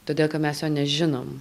todėl kad mes jo nežinom